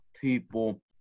people